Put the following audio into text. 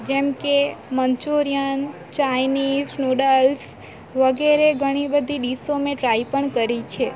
જેમકે Manchurian Chinese noodles વગેરે ઘણી બધી ડીશો મેં ટ્રાઈ પણ કરી છે